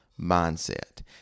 mindset